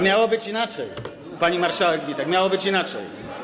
Miało być inaczej, pani marszałek Witek, miało być inaczej.